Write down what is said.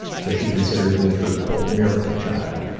so she considers me her miracle child.